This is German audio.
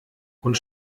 und